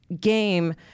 game